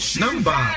number